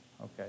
okay